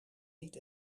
niet